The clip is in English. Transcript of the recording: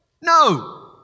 No